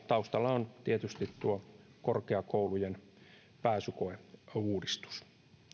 taustalla on tietysti tuo korkeakoulujen pääsykoeuudistus